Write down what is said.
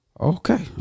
Okay